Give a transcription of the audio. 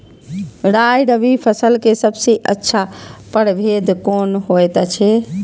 राय रबि फसल के सबसे अच्छा परभेद कोन होयत अछि?